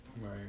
Right